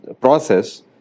process